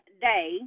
day